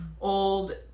old